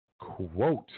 quote